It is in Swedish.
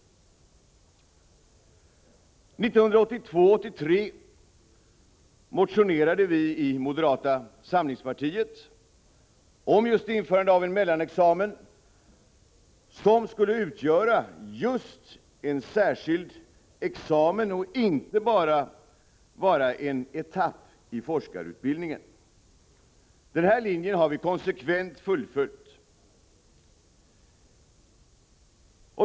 1982/83 motionerade moderata samlingspartiet om just införande av en mellanexamen som skulle utgöra en särskild examen och inte bara vara en etapp i forskarutbildningen. Denna linje har vi konsekvent fullföljt.